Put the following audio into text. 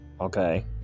okay